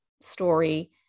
story